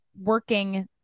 working